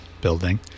building